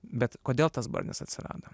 bet kodėl tas barnis atsirado